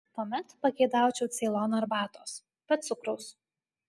tuomet pageidaučiau ceilono arbatos be cukraus